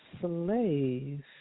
slave